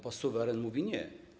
Bo suweren mówi: nie.